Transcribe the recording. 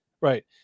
Right